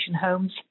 Homes